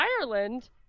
ireland